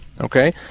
okay